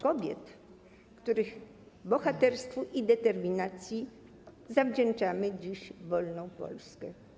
Kobiet, których bohaterstwu i determinacji zawdzięczamy dziś wolną Polskę.